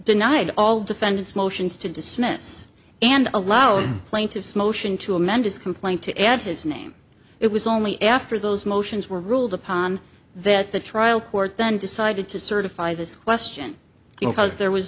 denied all defendants motions to dismiss and allow plaintiffs motion to amend his complaint to add his name it was only after those motions were ruled upon that the trial court then decided to certify this question because there was